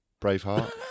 Braveheart